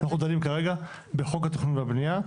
אנחנו דנים כרגע בחוק התכנון והבנייה,